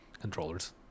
controllers